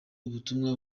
ubutumwa